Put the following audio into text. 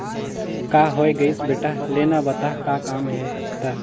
का होये गइस बेटा लेना बता का काम हे त